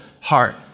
heart